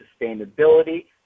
sustainability